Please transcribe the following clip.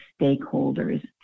stakeholders